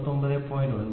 00 39